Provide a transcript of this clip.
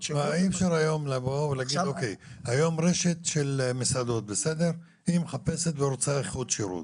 נניח רשת מסעדות מחפשת ורוצה איכות שירות,